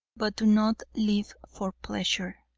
but do not live for pleasure,